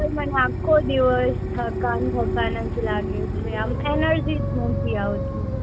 sir મને આખો દિવસ થકાન થકાન જ લાગે છે આમ એનર્જી જ નથી આવતી